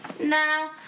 No